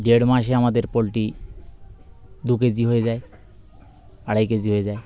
দেড় মাসে আমাদের পোল্ট্রি দু কেজি হয়ে যায় আড়াই কেজি হয়ে যায়